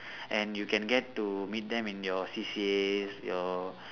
and you can get to meet them in your C_C_As your